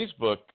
Facebook